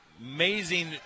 Amazing